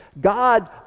God